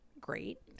great